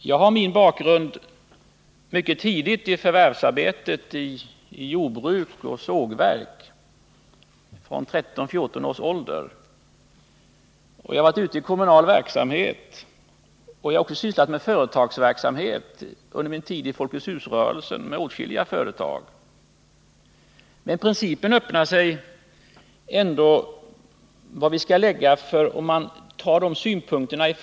Jag fick min bakgrund mycket tidigt i förvärvsarbetet i jordbruk och sågverk — från 13-14 års ålder. Jag har ägnat mig åt kommunal verksamhet, och jag har sysslat med företagsverksamhet under min tid i Folkets hus-rörelsen — det gällde åtskilliga företag. Jag känner inte till professor Biörcks företagsekonomiska verksamhet och erfarenhet, och det är egentligen ganska ointressant.